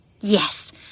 Yes